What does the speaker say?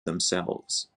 themselves